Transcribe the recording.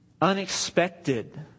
unexpected